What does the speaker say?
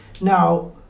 Now